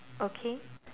okay